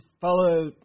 follow